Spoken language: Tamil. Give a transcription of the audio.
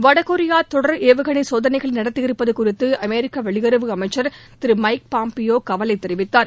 வடகொரியா தொடர் ஏவுகாணை சோதனைகளை நடத்தியிருப்பது குறித்து அமெரிக்க வெளியுறவு அமைச்சர் திரு மைக் பாம்பியோ கவலை தெரிவித்தார்